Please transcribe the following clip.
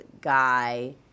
guy